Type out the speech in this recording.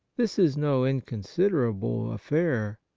this is no inconsiderable affair.